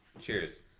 Cheers